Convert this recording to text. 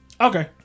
Okay